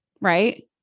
Right